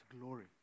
Glory